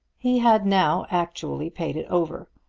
he had now actually paid it over,